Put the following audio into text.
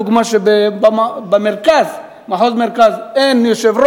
נדמה לי שאתה הבאת את הדוגמה שבמחוז המרכז אין יושב-ראש,